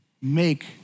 make